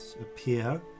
appear